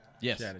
Yes